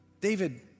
David